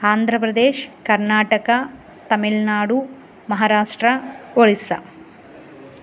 आन्ध्रप्रदेशः कर्नाटकः तमिळ्नाडु महाराष्ट्रः ओडिश्शा